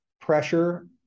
pressure